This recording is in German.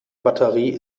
batterie